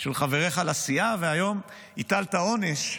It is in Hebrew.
של חבריך לסיעה, והיום הטלת עונש,